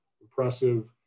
impressive